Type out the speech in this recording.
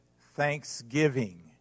thanksgiving